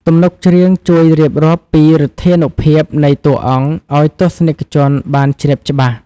ទំនុកច្រៀងជួយរៀបរាប់ពីឫទ្ធានុភាពនៃតួអង្គ ឱ្យទស្សនិកជនបានជ្រាបច្បាស់។